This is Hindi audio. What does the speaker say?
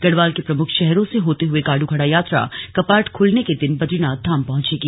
गढ़वाल के प्रमुख शहरों से होते हुए गाडू घड़ा यात्रा कपाट खुलने के दिन बदरीनाथ धाम पहुंचेगी